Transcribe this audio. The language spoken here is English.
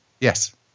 Yes